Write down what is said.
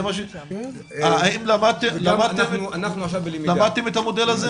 האם למדתם את המודל הזה?